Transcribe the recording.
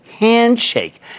Handshake